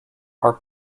are